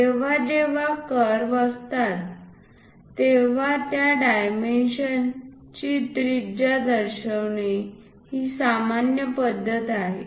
जेव्हा जेव्हा कर्व्ह असतात तेव्हा त्या डायमेंशन ची त्रिज्या दर्शविणे ही सामान्य पद्धत आहे